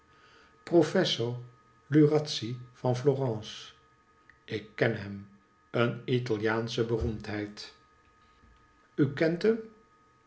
professor lurazzi van florence ik ken hem een italiaansche beroemdheid u kenthem